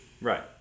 Right